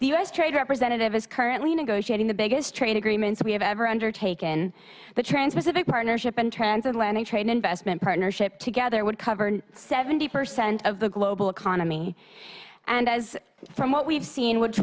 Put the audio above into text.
s trade representative is currently negotiating the biggest trade agreements we have ever undertaken but trans pacific partnership and transatlantic trade investment partnership together would cover seventy percent of the global economy and as from what we've seen w